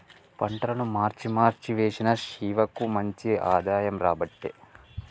పంటలను మార్చి మార్చి వేశిన శివకు మంచి ఆదాయం రాబట్టే